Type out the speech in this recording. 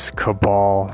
cabal